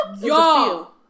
Y'all